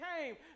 came